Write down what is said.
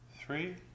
three